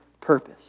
purpose